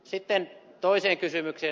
sitten toiseen kysymykseen